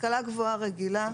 השכלה גבוהה רגילה,